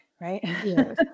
right